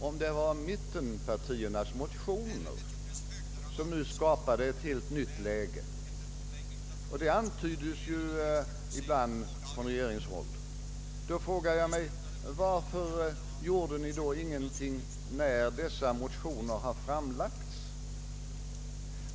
Om det var mittenpartiernas motioner som skapade ett helt nytt läge — och det antyds ibland från regeringshåll — frågar jag mig: Varför gjorde ni ingenting när dessa motioner framlades?